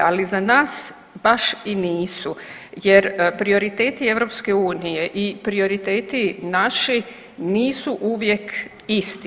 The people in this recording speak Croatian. Ali za nas baš i nisu jer prioriteti EU i prioriteti naši nisu uvijek isti.